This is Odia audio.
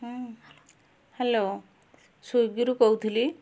ହଁ ହ୍ୟାଲୋ ସ୍ଵିଗିରୁ କହୁଥିଲି